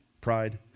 pride